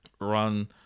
run